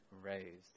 raised